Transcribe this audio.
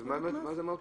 מה זה כמות מהותית?